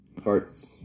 farts